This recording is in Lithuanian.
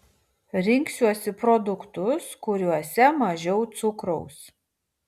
rinksiuosi produktus kuriuose mažiau cukraus